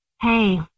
Hey